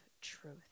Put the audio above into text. truth